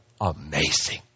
amazing